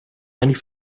ninety